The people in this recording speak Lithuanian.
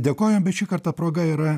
dėkojom bet šį kartą proga yra